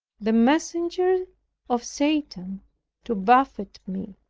the messenger of satan to buffet me.